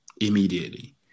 immediately